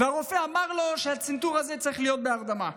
והרופא אמר לו שהצנתור הזה צריך להיות בהרדמה.